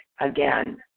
again